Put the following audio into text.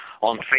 on